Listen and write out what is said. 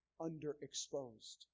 underexposed